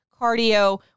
cardio